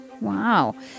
wow